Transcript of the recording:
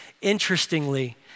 Interestingly